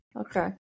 Okay